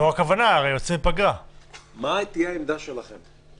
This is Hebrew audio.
מה תהיה העמדה שלכם?